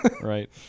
Right